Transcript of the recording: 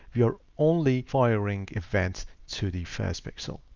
we are only firing events to the first pixel.